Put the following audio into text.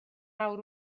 awr